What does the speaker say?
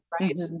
right